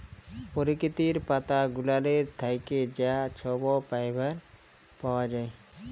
পরকিতির পাতা গুলালের থ্যাইকে যা ছব ফাইবার পাউয়া যায়